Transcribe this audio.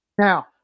Now